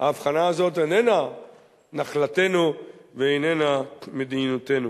ההבחנה הזאת איננה נחלתנו והיא איננה מדיניותנו.